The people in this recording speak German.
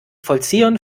vollziehern